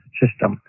system